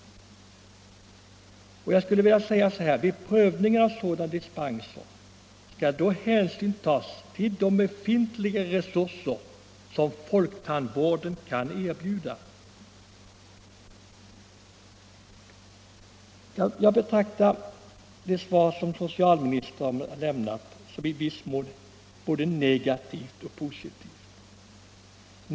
Vid prövningen av sådan dispens skall hänsyn tas till de befintliga resurser som folktandvården kan erbjuda. Det svar som socialministern lämnat betraktar jag som i viss mån både negativt och positivt.